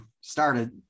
started